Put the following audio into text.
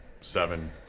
seven